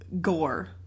Gore